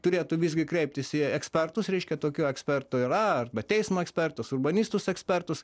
turėtų visgi kreiptis į ekspertus reiškia tokių ekspertų yra arba teismo ekspertus urbanistus ekspertus